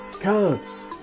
cards